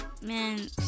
Man